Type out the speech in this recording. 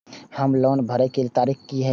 हमर लोन भरए के तारीख की ये?